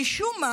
משום מה,